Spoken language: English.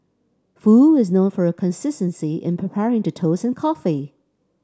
foo is known for her consistency in preparing the toast and coffee